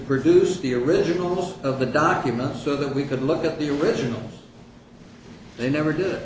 produce the original of the documents so that we could look at the originals they never did